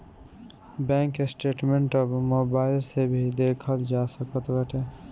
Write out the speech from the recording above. bank statement अब mobile से भी देखल जा सकत बाटे